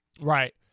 Right